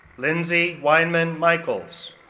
lindsey weinman michaels,